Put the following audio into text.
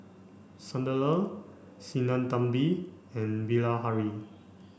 Sunderlal Sinnathamby and Bilahari